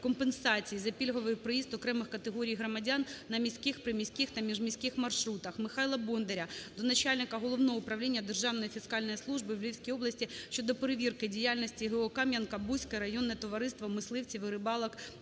компенсацій за пільговий проїзд окремих категорій громадян на міських, приміських та міжміських маршрутах. Михайла Бондаря до начальника Головного управління Державної фіскальної служби у Львівській області щодо перевірки діяльності ГО "Кам'янка-Бузьке районне Товариство мисливців і рибалок